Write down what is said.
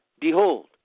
behold